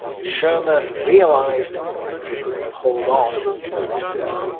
schirmer realised that he couldn't hold on any longer.